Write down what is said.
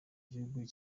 gihugu